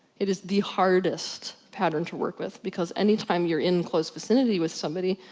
it is the hardest pattern to work with, because any time you're in close vicinity with somebody,